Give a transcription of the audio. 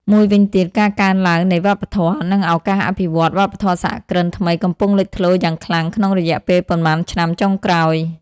មួយវិញទៀតការកើនឡើងនៃវប្បធម៌ និងឱកាសអភិវឌ្ឍ វប្បធម៌សហគ្រិនថ្មីកំពុងលេចធ្លោយ៉ាងខ្លាំងក្នុងរយៈពេលប៉ុន្មានឆ្នាំចុងក្រោយ។